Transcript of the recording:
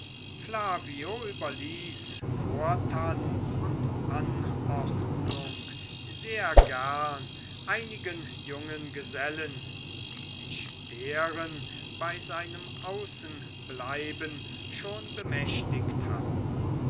überließ vortanz und anordnung sehr gern einigen jungen gesellen die sich deren bei seinem außenbleiben schon bemächtigt hatten